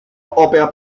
opera